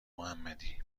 محمدی